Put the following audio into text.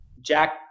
Jack